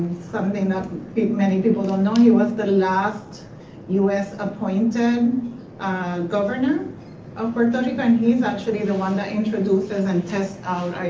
something that many people don't know, he was the last u s. appointed governor of puerto rico and he's actually the one that introduces and tests out,